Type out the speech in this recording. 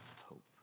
Hope